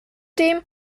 dem